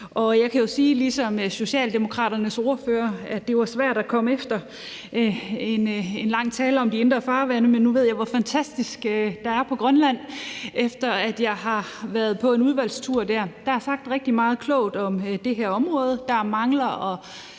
Jeg kan jo ligesom Socialdemokraternes ordfører sige, at det var svært at komme efter en lang tale om de indre farvande, men nu ved jeg, hvor fantastisk der er på Grønland, efter jeg har været på en udvalgstur dér. Der er sagt rigtig meget klogt om det her område. Forslaget